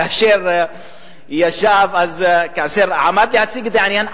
כאשר עמד להציג את העניין,